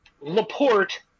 Laporte